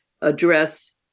address